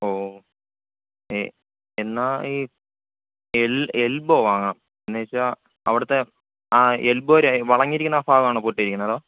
ഓ ഏ എന്നാല് ഈ എല് എല്ബോ വാങ്ങാം എന്നുവച്ചാല് അവിടുത്തെ ആ എല്ബോ വളഞ്ഞിരിക്കുന്ന ആ ഭാഗമാണോ പൊട്ടിയിരിക്കുന്നെ അതോ